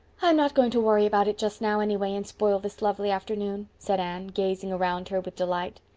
i'm not going to worry about it just now, anyway, and spoil this lovely afternoon, said anne, gazing around her with delight.